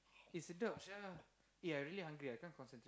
eh sedap sia ya I really hungry I can't concentrate